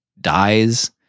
dies